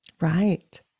Right